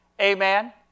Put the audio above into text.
Amen